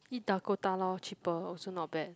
eat Dakota lor cheaper also not bad